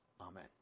amen